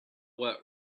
what